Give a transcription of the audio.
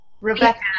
Rebecca